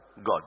God